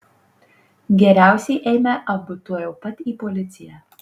geriausiai eime abu tuojau pat į policiją